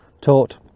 taught